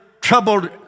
troubled